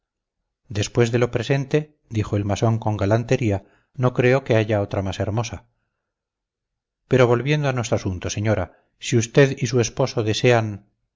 después de lo presente dijo el masón con galantería no creo que haya otra más hermosa pero volviendo a nuestro asunto señora si usted y su esposo desean